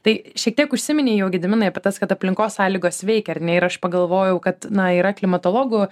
tai šiek tiek užsiminei jau gediminai apie tas kad aplinkos sąlygos veikia ar ne ir aš pagalvojau kad na yra klimatologų